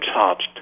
charged